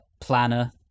planner